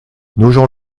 nogent